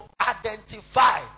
identify